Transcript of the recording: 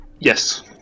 Yes